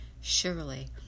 Surely